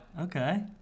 Okay